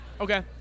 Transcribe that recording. okay